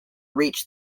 reach